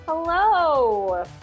Hello